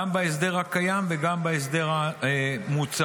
גם בהסדר הקיים וגם בהסדר המוצע.